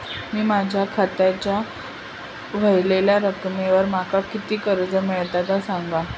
मी माझ्या खात्याच्या ऱ्हवलेल्या रकमेवर माका किती कर्ज मिळात ता सांगा?